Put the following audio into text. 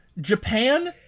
Japan